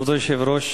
כבוד היושב-ראש,